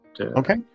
Okay